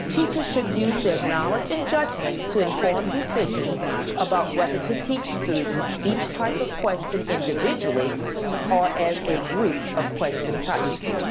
teachers should use their knowledge and judgment to inform decisions about whether to teach students each type of question individually or as a group of question types.